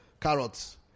carrots